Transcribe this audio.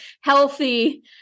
healthy